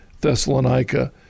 Thessalonica